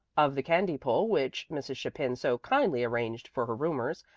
of the candy pull which mrs. chapin so kindly arranged for her roomers,